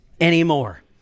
anymore